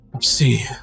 See